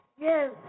Yes